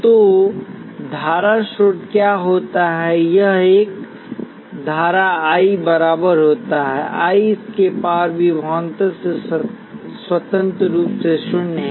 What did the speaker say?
तो धारा स्रोत क्या करता है यह एक धारा I बराबर रखता है I इसके पार विभवांतर से स्वतंत्र रूप से शून्य है